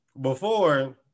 Before-